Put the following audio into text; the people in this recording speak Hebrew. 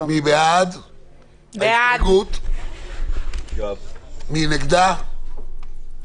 מי בעד ההסתייגות, מי נגד, ניתן להצביע.